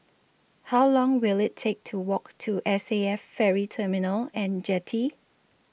How Long Will IT Take to Walk to S A F Ferry Terminal and Jetty